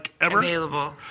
available